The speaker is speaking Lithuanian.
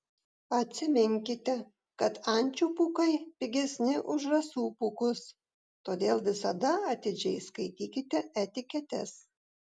atsiminkite kad ančių pūkai pigesni už žąsų pūkus todėl visada atidžiai skaitykite etiketes